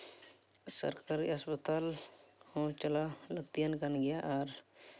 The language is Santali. ᱥᱚᱨᱠᱟᱨᱤ ᱦᱟᱥᱯᱟᱛᱟᱞ ᱦᱚᱸ ᱪᱟᱞᱟᱣ ᱞᱟᱹᱠᱛᱤᱭᱟᱱ ᱠᱟᱱ ᱜᱮᱭᱟ ᱟᱨ